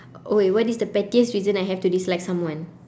oh wait what is the pettiest reason I have to dislike someone